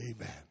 amen